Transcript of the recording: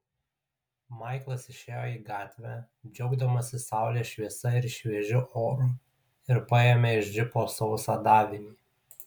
maiklas išėjo į gatvę džiaugdamasis saulės šviesa ir šviežiu oru ir paėmė iš džipo sausą davinį